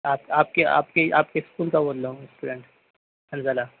آپ آپ کی آپ کی آپ کے اسکول کا بول رہا ہوں اسٹوڈینٹ حنظلہ